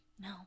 no